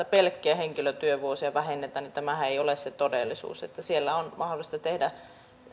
pelkkiä henkilötyövuosia vähennetään ei ole se todellisuus että siellä on mahdollista tehdä